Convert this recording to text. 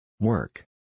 Work